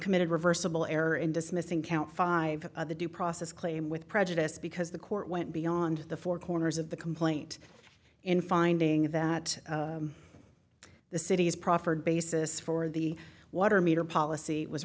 committed reversible error in dismissing count five of the due process claim with prejudice because the court went beyond the four corners of the complaint in finding that the city's proffered basis for the water meter policy was